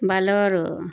bolero